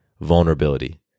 vulnerability